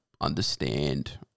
understand